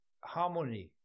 harmony